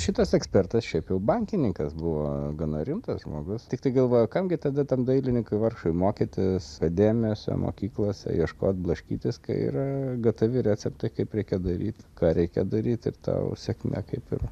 šitas ekspertas šiaip jau bankininkas buvo gana rimtas žmogus tiktai galvoju kam gi tada tam dailininkui vargšui mokytis dėmesio mokyklose ieškot blaškytis kai ir gatavi receptai kaip reikia daryti ką reikia daryti ir ta sėkmė kaip ir